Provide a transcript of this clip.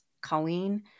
Colleen